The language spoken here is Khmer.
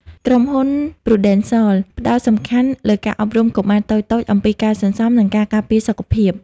ក្រុមហ៊ុន ព្រូដិនសល (Prudential) ផ្ដោតសំខាន់លើការអប់រំកុមារតូចៗអំពីការសន្សំ និងការការពារសុខភាព។